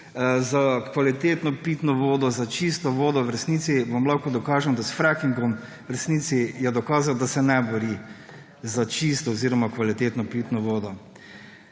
za kvalitetno pitno vodo, za čisto vodo, v resnici vam lahko dokažem, da je s frackingom v resnici dokazal, da se ne bori za čisto oziroma kvalitetno pitno vodo.